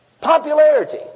Popularity